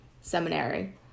seminary